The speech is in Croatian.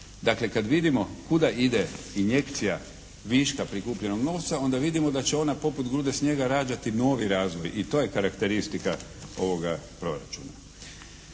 Dakle, kad vidimo kuda ide injekcija viška prikupljenog novca onda vidimo da će ona poput grude snijega rađati novi razvoj. I to je karakteristika ovoga proračuna.